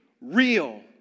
real